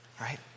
right